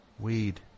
Weed